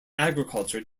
agriculture